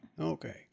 Okay